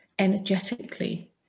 energetically